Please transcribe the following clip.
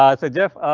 ah so jeff.